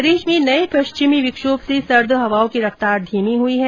प्रदेश में नए पश्चिमी विक्षोभ से सर्द हवाओं की रफ्तार धीमी हो गई है